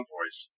Voice